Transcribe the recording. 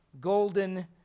golden